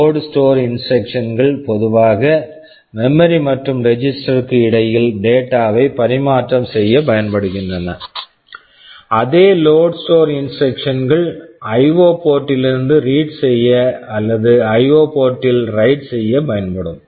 load store load store instruction instruction கள் பொதுவாக memory memory மற்றும் ரெஜிஸ்டர் register க்கு இடையில் டேட்டா data வை பரிமாற்றம் செய்ய பயன்படுகின்றன அதே load store load store instruction instruction கள் ஐஓ IO போர்ட் ports லிருந்து ரீட் read செய்ய அல்லது ஐஓ IO போர்ட் ports டில் வ்ரைட் write செய்ய பயன்படும்